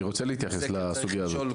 אני רוצה להתייחס לסוגייה הזאת.